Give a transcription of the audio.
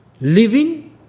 living